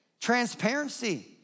transparency